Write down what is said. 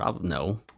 No